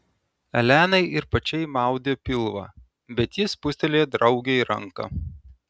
elenai ir pačiai maudė pilvą bet ji spustelėjo draugei ranką